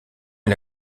est